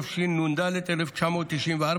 התשנ"ד 1994,